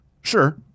Sure